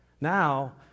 Now